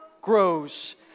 grows